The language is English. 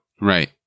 Right